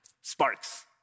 Sparks